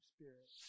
Spirit